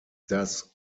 das